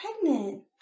pregnant